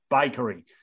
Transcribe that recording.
bakery